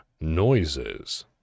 noises